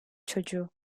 çocuğu